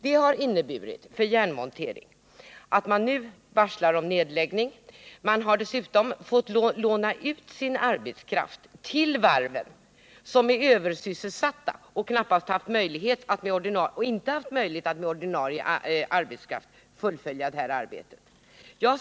För Järnmontering har detta inneburit att man nu varslar om nedläggning. Man har dessutom fått låna ut arbetskraft till varven, som är översysselsatta och inte haft möjlighet att med ordinarie arbetskraft fullfölja det här arbetet.